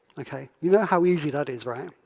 ok? you know how easy that is, right?